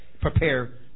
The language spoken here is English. Prepare